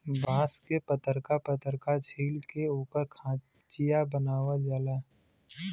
बांस के पतरका पतरका छील के ओकर खचिया बनावल जाला